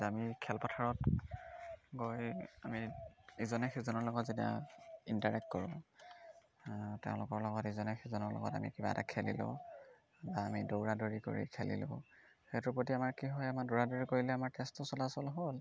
আমি খেলপথাৰত গৈ আমি ইজনে সিজনৰ লগত যেতিয়া ইণ্টাৰেক্ট কৰোঁ তেওঁলোকৰ লগত ইজনে সিজনৰ লগত আমি কিবা এটা খেলিলোঁ বা আমি দৌৰা দৌৰি কৰি খেলিলোঁ সেইটোৰ প্ৰতি আমাৰ কি হয় আমাৰ দৌৰা দৌৰি কৰিলে আমাৰ তেজটো চলাচল হ'ল